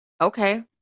okay